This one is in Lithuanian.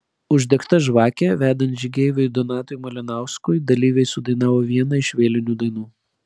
uždegta žvakė vedant žygeiviui donatui malinauskui dalyviai sudainavo vieną iš vėlinių dainų